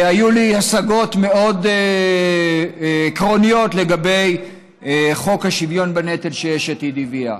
היו לי השגות מאוד עקרוניות לגבי חוק השוויון בנטל שיש עתיד הביאה,